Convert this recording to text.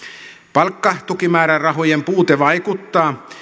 palkkatukimäärärahojen puute vaikuttaa